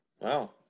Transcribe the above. Wow